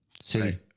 See